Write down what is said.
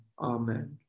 Amen